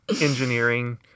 Engineering